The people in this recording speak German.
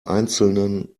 einzelnen